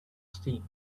steam